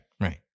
right